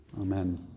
Amen